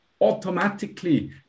automatically